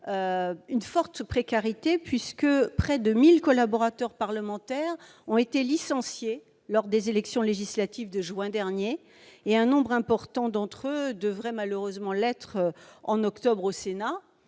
à l'Assemblée nationale. Près de 1 000 collaborateurs parlementaires ont ainsi été licenciés lors des élections législatives de juin dernier, et un nombre important d'entre eux devraient malheureusement l'être en octobre au Sénat.